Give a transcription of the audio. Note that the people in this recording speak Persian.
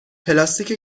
پلاستیک